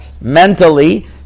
mentally